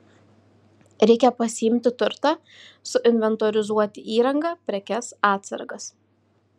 reikia pasiimti turtą suinventorizuoti įrangą prekes atsargas